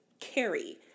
carry